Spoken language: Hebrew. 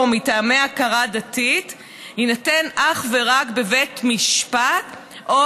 מטעמי הכרה דתית תינתן אך ורק בבית משפט או